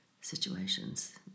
situations